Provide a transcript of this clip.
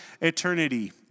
eternity